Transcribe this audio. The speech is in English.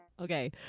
Okay